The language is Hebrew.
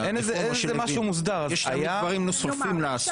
יש דברים נוספים לעשות,